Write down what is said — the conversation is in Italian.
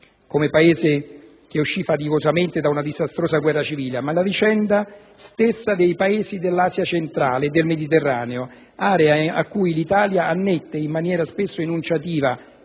come Paese che uscì faticosamente da una disastrosa guerra civile ma la vicenda stessa dei Paesi dell'Asia centrale e del Mediterraneo, area a cui l'Italia annette in maniera spesso enunciativa